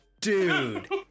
dude